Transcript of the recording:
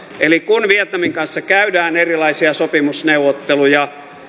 eli kun vietnamin kanssa käydään erilaisia sopimusneuvotteluja